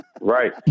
Right